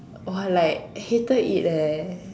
or like hated it leh